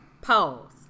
Pause